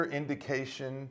indication